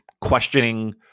questioning